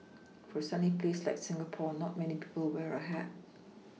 for a sunny place like Singapore not many people wear a hat